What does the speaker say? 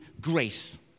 Grace